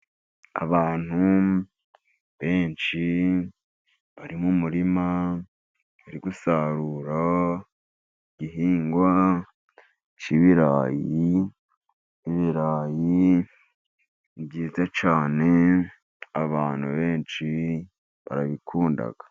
Abantu benshi bari mu murima, bari gusarura igihingwa cy'ibirayi. Ibirayi ni byiza cyane, abantu benshi barabikunda.